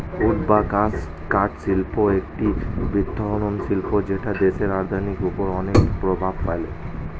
would বা কাঠ শিল্প একটি বৃহত্তম শিল্প যেটা দেশের অর্থনীতির ওপর অনেক প্রভাব ফেলে